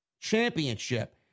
championship